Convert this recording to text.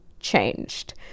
changed